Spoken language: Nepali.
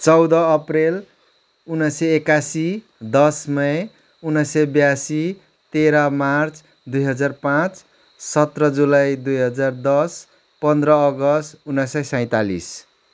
चौध अप्रेल उन्नाइस सय एक्कासी दस मे उन्नाइस सय बियासी तेह्र मार्च दुई हजार पाँच सत्र जुलाई दुई हजार दस पन्ध्र अगस्त उन्नाइस सय सैँतालिस